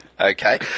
okay